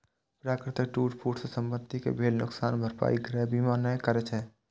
प्राकृतिक टूट फूट सं संपत्ति कें भेल नुकसानक भरपाई गृह बीमा नै करै छै